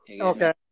Okay